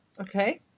okay